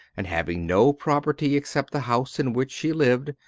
and having no property except the house in which she lived,